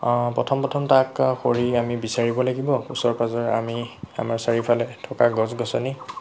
প্ৰথম প্ৰথম তাত খৰি আমি বিচাৰিব লাগিব ওচৰে পাঁজৰে আমি আমাৰ চাৰিওফালে থকা গছ গছনি